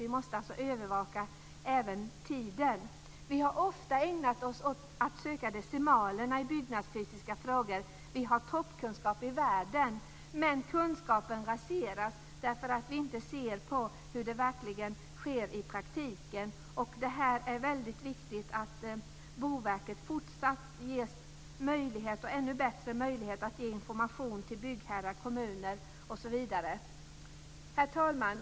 Vi måste alltså även övervaka tiden. Vi har ofta ägnat oss åt att söka decimalerna i byggnadsfysiska frågor. Vi har toppkunskap i världen. Men kunskapen raseras därför att vi inte ser vad som sker i praktiken. Det är väldigt viktigt att Boverket fortsatt ges ännu bättre möjlighet att ge information till byggherrar, kommuner osv. Herr talman!